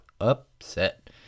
upset